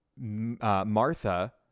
Martha